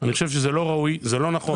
אני חושב שזה לא ראוי ולא נכון.